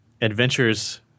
adventures